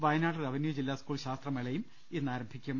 Wayanad revenue ജില്ലാ school ശാസ്ത്രമേളയും ഇന്നാരംഭിക്കും